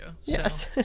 Yes